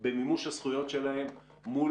לא בבתי חולים של ההסתדרות שהיא בכחול